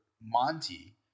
Monty